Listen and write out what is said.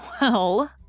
Well